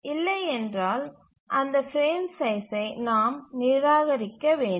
இல்லையெனில் அந்த பிரேம் சைஸ்சை நாம் நிராகரிக்க வேண்டும்